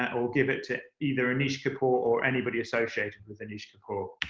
or give it, to either anish kapoor or anybody associated with anish kapoor.